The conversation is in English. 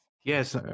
Yes